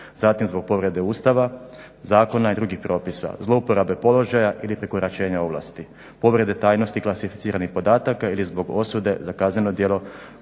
Zatim zbog povrede Ustava, zakona i drugih propisa, zlouporabe položaja ili prekoračenja ovlasti, povrede tajnosti klasificiranih podataka ili zbog osude za kazneno djelo